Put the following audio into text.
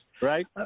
Right